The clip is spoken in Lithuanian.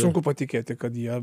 sunku patikėti kad jie